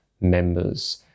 members